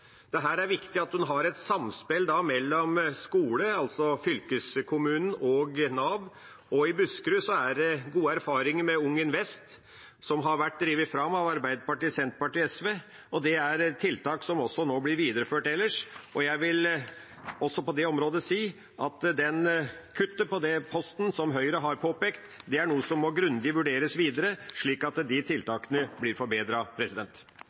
Her er det viktig at en har et samspill mellom skole, altså fylkeskommunen, og Nav. I Buskerud er det gode erfaringer med UngInvest, som har vært drevet fram av Arbeiderpartiet, Senterpartiet og SV, og det er et tiltak som også nå blir videreført ellers. Jeg vil også på det området si at kuttet på den posten som Høyre har påpekt, er noe som må grundig vurderes videre, slik at de tiltakene blir